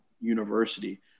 university